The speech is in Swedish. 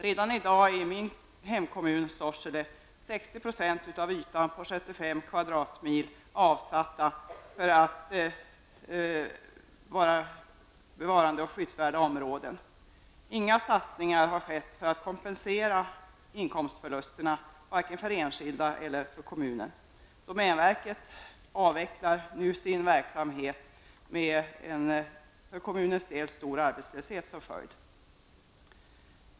Redan i dag är i min hemkommun Sorsele 60 % av ytan på 75 kvadratmil avsatt för att bevara skyddsvärda områden. Inga satsningar har skett för att kompensera inkomstförlusterna, varken för enskilda eller för kommunen. Domänverket avvecklar nu sin verksamhet med en stor arbetslöshet för kommunens del som följd.